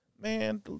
Man